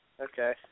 okay